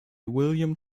william